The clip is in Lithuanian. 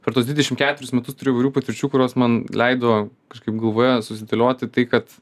per tuos dvidešim ketverius metus turiu įvairių patirčių kurios man leido kažkaip galvoje susidėlioti tai kad